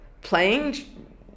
playing